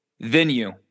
venue